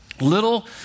little